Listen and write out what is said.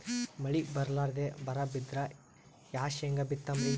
ಮಳಿ ಬರ್ಲಾದೆ ಬರಾ ಬಿದ್ರ ಯಾ ಶೇಂಗಾ ಬಿತ್ತಮ್ರೀ?